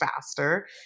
faster